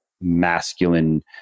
masculine